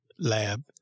lab